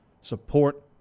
Support